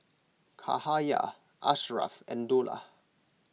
Cahaya Ashraff and Dollah